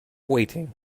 waiting